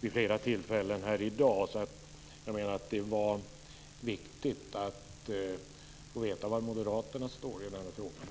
vid flera tillfällen här i dag, så jag menar att det var viktigt att få veta var Moderaterna står i frågan.